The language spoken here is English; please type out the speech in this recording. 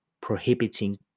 prohibiting